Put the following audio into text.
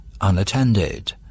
unattended